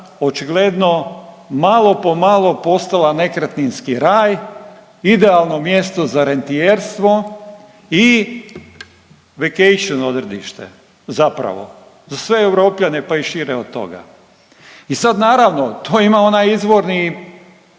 očigledno malo po malo postala nekretninski raj, idealno mjesto za rentijerstvo i vacation odmorište zapravo za sve Europljane pa i šire od toga. I sad naravno to ima onaj izvorni